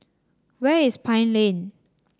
where is Pine Lane